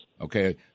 okay